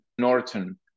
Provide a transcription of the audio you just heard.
Norton